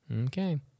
Okay